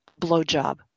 blowjob